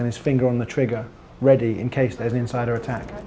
and his finger on the trigger ready in case any insider attack